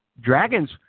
dragons